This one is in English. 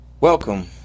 Welcome